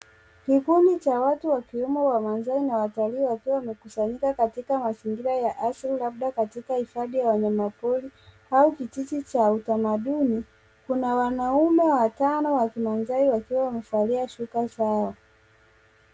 Kikundi cha watu wa kiume cha wamasai na watalii wakiwa wamekusanyika katika mazingira ya asili labda katika ishadi ya wanyamapori au kijiji cha utamaduni, kuna wanaume watano wa kimasai wakiwa wamevalia shuka zao.